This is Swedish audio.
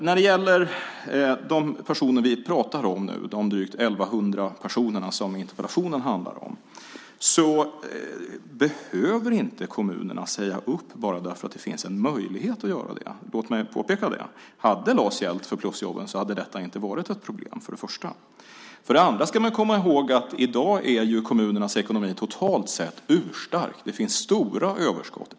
När det gäller de personer vi nu talar om, de drygt 1 100 personer som interpellationen handlar om, behöver inte kommunerna säga upp dem bara därför att det finns en möjlighet att göra det. Låt mig påpeka det. Hade LAS gällt för plusjobben hade detta för det första inte varit ett problem. För det andra ska man komma ihåg att kommunernas ekonomi i dag är totalt sett urstark. Det finns stora överskott.